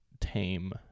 tame